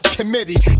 committee